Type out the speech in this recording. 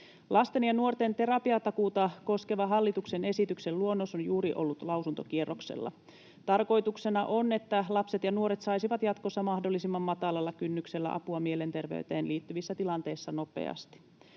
Lasten ja nuorten terapiatakuuta koskeva hallituksen esityksen luonnos on juuri ollut lausuntokierroksella. Tarkoituksena on, että lapset ja nuoret saisivat jatkossa mahdollisimman matalalla kynnyksellä apua mielenterveyteen liittyvissä tilanteissa nopeasti.